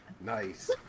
Nice